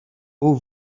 aux